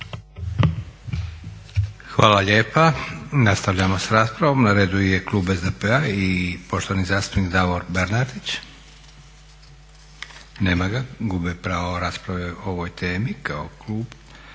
Hvala lijepa. Nastavljamo sa raspravom. Na redu je klub SDP-a i poštovani zastupnik Davor Bernardić. Nema ga. Gubi pravo rasprave o ovoj temi kao klub.